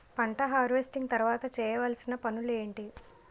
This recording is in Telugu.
పంట హార్వెస్టింగ్ తర్వాత చేయవలసిన పనులు ఏంటి?